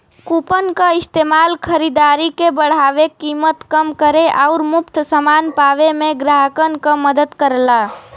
coupon क इस्तेमाल खरीदारी के बढ़ावे, कीमत कम करे आउर मुफ्त समान पावे में ग्राहकन क मदद करला